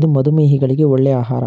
ಇದು ಮಧುಮೇಹಿಗಳಿಗೆ ಒಳ್ಳೆ ಆಹಾರ